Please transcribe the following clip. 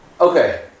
Okay